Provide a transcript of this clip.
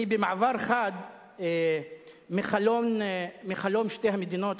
במעבר חד מחלום שתי המדינות,